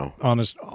Honest